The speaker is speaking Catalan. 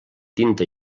tinta